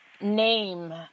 name